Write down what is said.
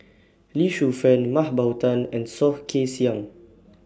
Lee Shu Fen Mah Bow Tan and Soh Kay Siang